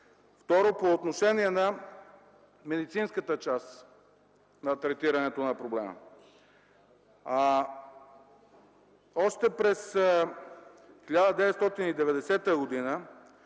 Второ, по отношение на медицинската част на третирането на проблема. Още през 1990 г.